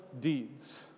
deeds